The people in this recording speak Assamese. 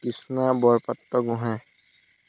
কৃষ্ণা বৰপাত্ৰগোঁহাই